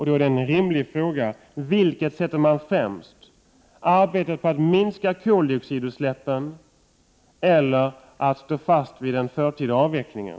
Då är en rimlig fråga: Vilket sätter man främst, att arbeta för att minska koldioxidutsläppen eller att stå fast vid den förtida avvecklingen?